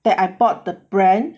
that I bought the brand